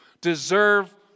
deserve